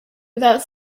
without